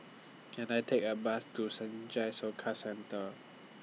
Can I Take A Bus to Senja Soka Centre